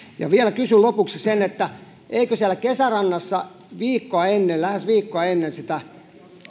vielä kysyn lopuksi eikö siellä kesärannassa lähes viikkoa ennen sitä